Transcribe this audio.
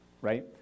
right